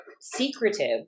secretive